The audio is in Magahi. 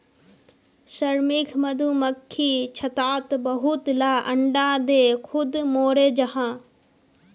श्रमिक मधुमक्खी छत्तात बहुत ला अंडा दें खुद मोरे जहा